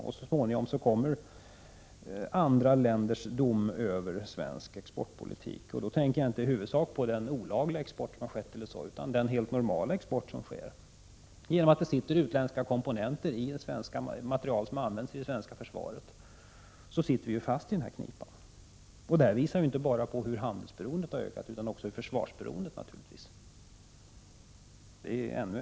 Så småningom kommer också andra länders dom över svensk exportpolitik. Då tänker jag inte i huvudsak på den olagliga exporten utan på den helt legala export som sker. Genom att det sitter utländska komponenter i materiel som används av det svenska försvaret, sitter vi fast i knipan. Detta visar hur inte bara handelsberoendet utan naturligtvis även försvarsberoendet har ökat.